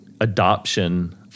adoption